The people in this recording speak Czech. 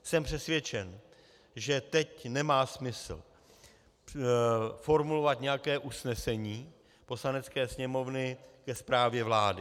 Jsem přesvědčen, že teď nemá smysl formulovat nějaké usnesení Poslanecké sněmovny ke zprávě vlády.